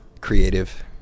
creative